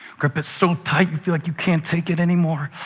grip it so tight and feel like you can't take it anymore,